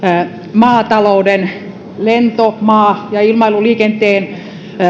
maatalouden lento maa ja ilmailuliikenteen